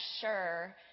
sure